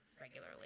regularly